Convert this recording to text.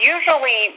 Usually